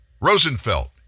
Rosenfeld